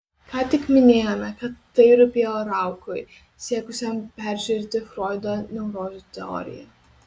ką tik minėjome kad tai rūpėjo raukui siekusiam peržiūrėti froido neurozių teoriją